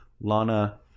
Lana